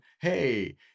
hey